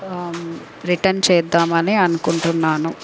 return చేద్దామని అనుకుంటున్నాను